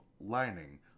lining